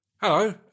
hello